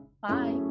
bye